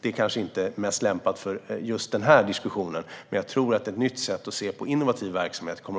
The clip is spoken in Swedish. Det kanske inte hör hemma i just den här diskussionen, men det kommer